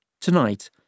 Tonight